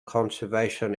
conservation